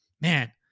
man